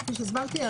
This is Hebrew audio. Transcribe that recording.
כפי שהסברתי,